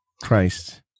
Christ